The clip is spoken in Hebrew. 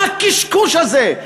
מה הקשקוש הזה?